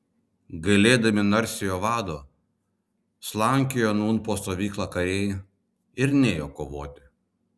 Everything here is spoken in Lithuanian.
gailėdami narsiojo vado slankiojo nūn po stovyklą kariai ir nėjo kovoti